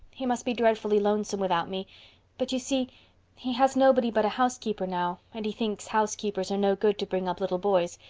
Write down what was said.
he must be dreadfully lonesome without me but you see he has nobody but a housekeeper now and he thinks housekeepers are no good to bring up little boys,